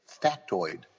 factoid